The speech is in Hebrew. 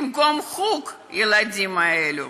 במקום חוג לילדים האלו,